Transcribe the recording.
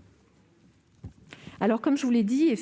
parole est à Mme la ministre déléguée.